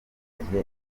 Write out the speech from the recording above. uruhuri